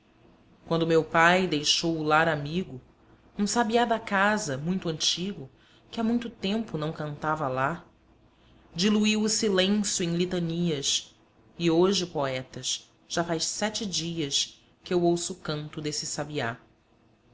quando meu pai deixou o lar amigo um sabiá da casa muito antigo que há muito tempo não cantava lá diluiu o silêncio em litanias e hoje poetas já faz sete dias que eu ouço o canto desse sabiá